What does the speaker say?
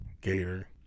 Gator